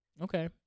Okay